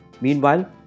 Meanwhile